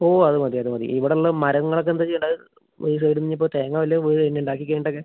ഓ അത് മതി അത് മതി ഇവിടെ ഉള്ള മരങ്ങൾ ഒക്കെ എന്താ ചെയ്യണ്ടത് ഒരു സൈഡിന്ന് ഇപ്പം തേങ്ങ വല്ലതും വീഴോ ഇനി ഉണ്ടാക്കി കഴിഞ്ഞിട്ട് ഒക്കെ